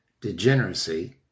degeneracy